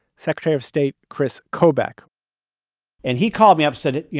secretary of state kris kobach and he called me up, said it. yeah,